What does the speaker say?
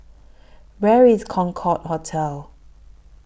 Where IS Concorde Hotel